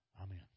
Amen